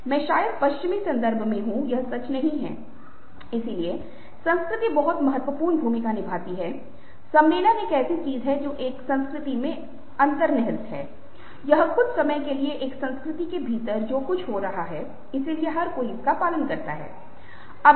यह भी आश्चर्य की बात है और यहां आप पाते हैं कि भौहें बहुत महत्वपूर्ण भूमिका नहीं निभाती हैं या यह करना आसान नहीं है कि यह उदासी है इसमें प्रतिबिंबित हो रही है जो निचले हिस्से से जहां होंठ नीचे कर दिए जाते हैं